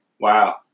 Wow